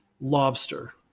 lobster